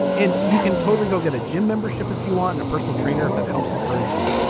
and you can totally go get a gym membership if you want and a personal trainer if that helps encourage you.